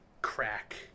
Crack